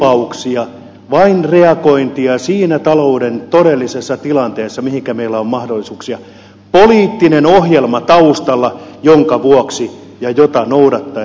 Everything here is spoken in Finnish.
ei ylilupauksia vain reagointia siinä talouden todellisessa tilanteessa mihinkä meillä on mahdollisuuksia poliittinen ohjelma taustalla jonka vuoksi ja jota noudattaen etenemme